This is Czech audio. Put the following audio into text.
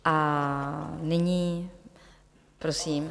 A nyní prosím...